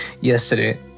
Yesterday